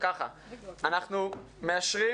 אנחנו מאשרים